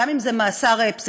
גם אם זה מאסר פסיכיאטרי,